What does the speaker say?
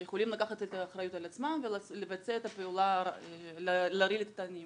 יכולים לקחת את האחריות על עצמם ולהרעיל תנים.